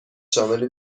شامل